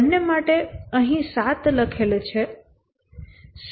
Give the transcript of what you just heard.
બંને માટે અહીં 7 લખેલ છે